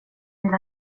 vill